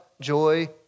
joy